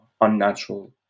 unnatural